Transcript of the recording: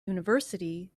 university